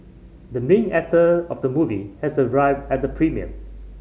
the main actor of the movie has arrived at the premiere